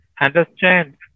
understand